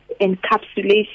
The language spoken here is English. encapsulation